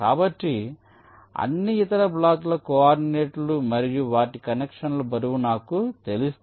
కాబట్టి అన్ని ఇతర బ్లాకుల కోఆర్డినేట్లు మరియు వాటి కనెక్షన్ల బరువు నాకు తెలిస్తే